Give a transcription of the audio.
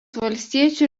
valstiečių